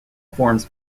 forms